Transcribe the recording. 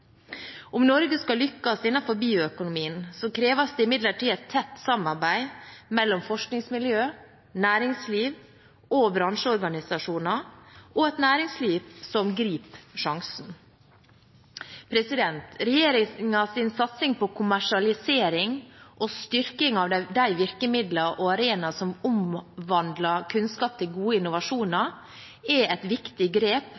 Om Norge skal lykkes innenfor bioøkonomien, kreves det imidlertid et tett samarbeid mellom forskningsmiljøer, næringsliv og bransjeorganisasjoner – og et næringsliv som griper sjansen. Regjeringens satsing på kommersialisering og styrking av de virkemidler og arenaer som omvandler kunnskap til gode innovasjoner, er et viktig grep